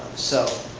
so,